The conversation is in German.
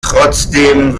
trotzdem